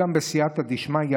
גם בסייעתא דשמיא,